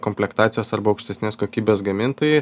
komplektacijos arba aukštesnės kokybės gamintojai